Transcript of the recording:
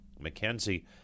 McKenzie